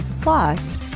plus